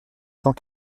cent